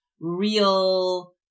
real